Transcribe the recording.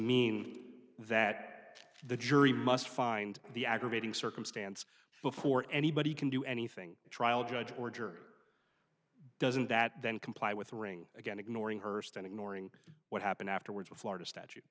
mean that the jury must find the aggravating circumstance before anybody can do anything to trial judge order doesn't that then comply with ring again ignoring her st and ignoring what happened afterwards of florida statute